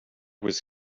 was